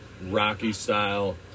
Rocky-style